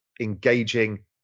engaging